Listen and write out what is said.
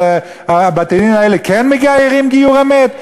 שבתי-הדין האלה כן מקיימים גיור אמת?